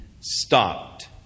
stopped